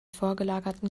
vorgelagerten